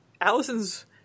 Allison's